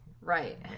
Right